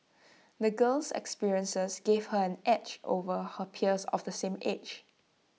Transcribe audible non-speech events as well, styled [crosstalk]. [noise] the girl's experiences gave her an edge over her peers of the same age